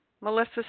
Melissa